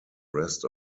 rest